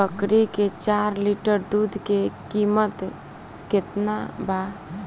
बकरी के चार लीटर दुध के किमत केतना बा?